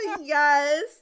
yes